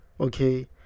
Okay